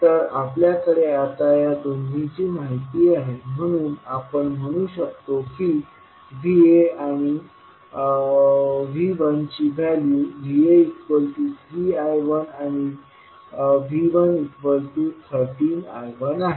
तर आपल्याकडे आता या दोन्हींची माहिती आहे म्हणून आता आपण म्हणू शकतो की Va आणि V1ची व्हॅल्यू Va3I1आणि V113I1आहे